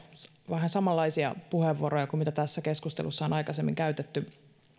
vähän samanlaisia puheenvuoroja kuin tässä keskustelussa on aikaisemmin käytetty